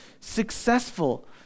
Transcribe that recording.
successful